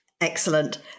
Excellent